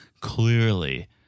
clearly